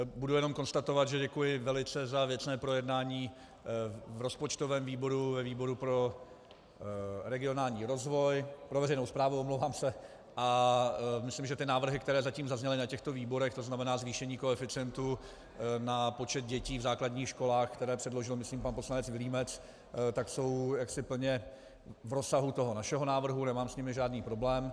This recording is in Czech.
Budu jenom konstatovat, že děkuji velice za věcné projednání v rozpočtovém výboru, ve výboru pro regionální rozvoj, pro veřejnou správu, omlouvám se, a myslím, že ty návrhy, které zatím zazněly na těchto výborech, tzn. zvýšení koeficientu na počet dětí v základních školách, které předložil, myslím, pan poslanec Vilímec, tak jsou plně v rozsahu toho našeho návrhu, nemám s nimi žádný problém.